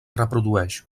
reprodueix